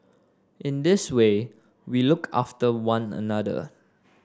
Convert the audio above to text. in this way we look after one another